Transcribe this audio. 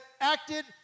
acted